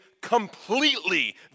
completely